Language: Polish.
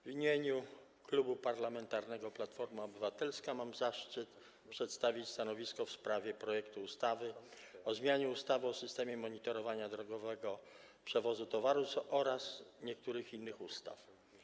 W imieniu Klubu Parlamentarnego Platforma Obywatelska mam zaszczyt przedstawić stanowisko w sprawie projektu ustawy o zmianie ustawy o systemie monitorowania drogowego przewozu towarów oraz niektórych innych ustaw.